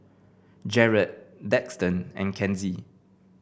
Jaret Daxton and Kenzie